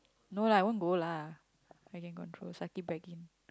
no lah I won't go lah I can control suck it back in